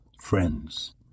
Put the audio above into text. Friends